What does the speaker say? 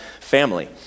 family